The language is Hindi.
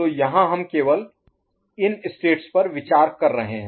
तो यहां हम केवल इन स्टेट्स पर विचार कर रहे हैं